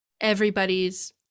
everybody's